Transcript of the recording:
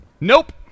nope